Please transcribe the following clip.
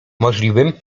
możliwym